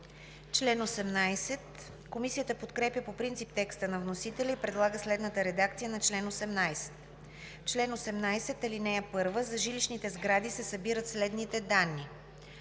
Комисията подкрепя по принцип текста на вносителя и предлага следната редакция на чл. 18: „Чл. 18. (1) За жилищните сгради се събират следните данни: